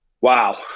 Wow